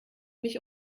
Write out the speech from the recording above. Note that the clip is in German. mich